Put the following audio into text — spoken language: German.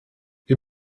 wir